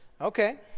Okay